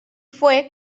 fue